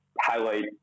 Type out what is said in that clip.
highlight